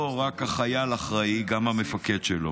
לא רק החייל אחראי, גם המפקד שלו.